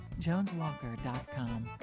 joneswalker.com